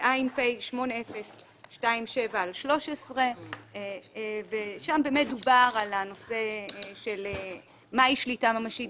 מדובר ב-ע.פ 8027/13. שם באמת דובר על מה היא שליטה ממשית.